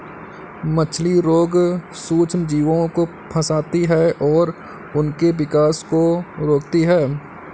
मछली रोग सूक्ष्मजीवों को फंसाती है और उनके विकास को रोकती है